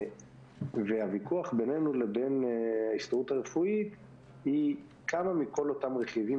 הוויכוח בינינו לבין ההסתדרות הרפואית הוא כמה מכל אותם רכיבים,